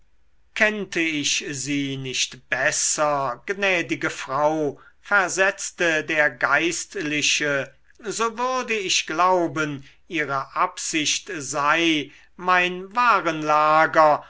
kennte ich sie nicht besser gnädige frau versetzte der geistliche so würde ich glauben ihre absicht sei mein warenlager